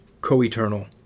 co-eternal